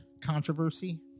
controversy